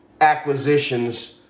acquisitions